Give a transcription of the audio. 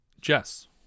Jess